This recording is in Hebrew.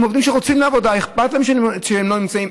הם עובדים שרוצים לעבוד, אכפת להם שהם לא נמצאים.